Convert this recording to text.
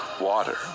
water